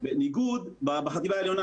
בחטיבה העליונה.